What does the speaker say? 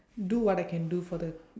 do what I can do for the